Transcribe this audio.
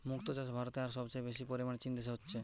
মুক্তো চাষ ভারতে আর সবচেয়ে বেশি পরিমাণে চীন দেশে হচ্ছে